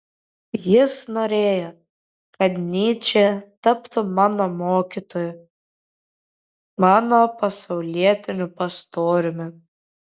jis norėjo kad nyčė taptų mano mokytoju mano pasaulietiniu pastoriumi